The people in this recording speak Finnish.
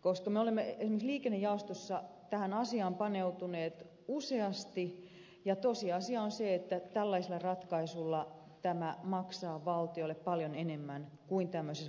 koska me olemme esimerkiksi liikennejaostossa tähän asiaan paneutuneet useasti ja tosiasia on se että tällaisilla ratkaisuilla tämä maksaa valtiolle paljon enemmän kuin kokonaisratkaisuissa